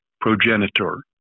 progenitor